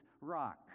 rock